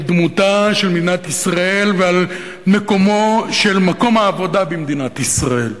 על דמותה של מדינת ישראל ועל מקומו של מקום העבודה במדינת ישראל.